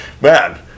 Man